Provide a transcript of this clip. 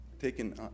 taken